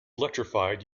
electrified